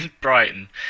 Brighton